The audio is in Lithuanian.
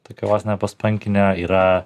tokios nepostpankinė yra